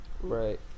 Right